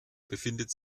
befindet